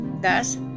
Thus